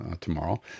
tomorrow